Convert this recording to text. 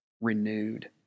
renewed